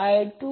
2